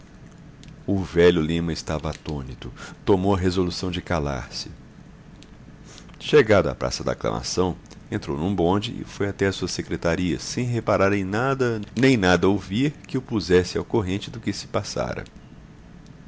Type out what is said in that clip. o velho lima estava atônito tomou a resolução de calar-se chegado à praça da aclamação entrou num bonde e foi até à sua secretaria sem reparar em nada nem nada ouvir que o pusesse ao corrente do que se passara